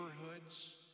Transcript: neighborhoods